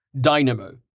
dynamo